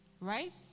Right